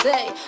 Say